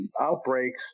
outbreaks